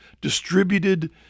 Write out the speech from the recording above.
distributed